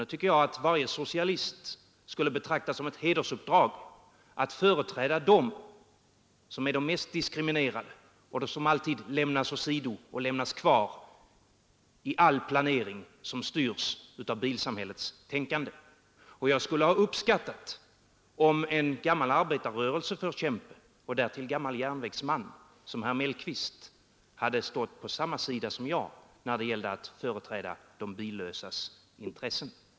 Jag tycker att varje socialist skulle betrakta det som ett hedersuppdrag att företräda dem som är de mest diskriminerade och som alltid lämnas åsido i all planering som styrs av bilsamhällets tänkande. Och jag skulle ha uppskattat om en gammal arbetarrörelseförkämpe och därtill gammal järnvägsman som herr Mellqvist hade stått på samma sida som jag när det gällde att företräda de billösas intressen.